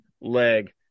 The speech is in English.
leg